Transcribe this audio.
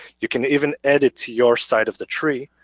you can even edit your side of the tree.